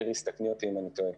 איריס, תקני אותי אם אני טועה.